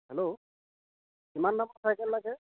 hello কিমান দামৰ cycle লাগে